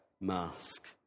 mask